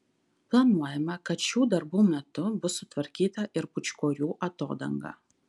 planuojama kad šių darbų metu bus sutvarkyta ir pūčkorių atodanga